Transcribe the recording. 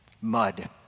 Mud